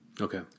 Okay